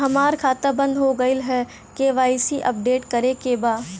हमार खाता बंद हो गईल ह के.वाइ.सी अपडेट करे के बा?